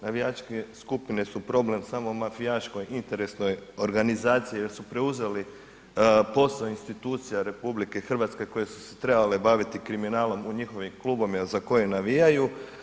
Navijačke skupine su problem samo mafijaškoj interesnoj organizaciji jer su preuzeli posao institucija RH koje su se trebale baviti kriminalom u njihovim klubovima a za koje navijaju.